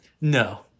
No